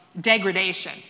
degradation